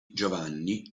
giovanni